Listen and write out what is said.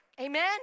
Amen